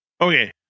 Okay